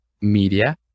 media